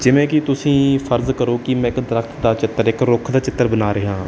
ਜਿਵੇਂ ਕਿ ਤੁਸੀਂ ਫਰਜ਼ ਕਰੋ ਕਿ ਮੈਂ ਇੱਕ ਦਰੱਖਤ ਦਾ ਚਿੱਤਰ ਇੱਕ ਰੁੱਖ ਦਾ ਚਿੱਤਰ ਬਣਾ ਰਿਹਾ ਹਾਂ